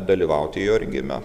dalyvauti jo rengime